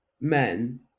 men